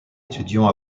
étudiant